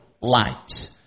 lights